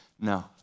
no